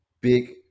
big